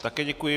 Také děkuji.